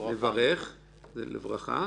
הברכה